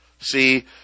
See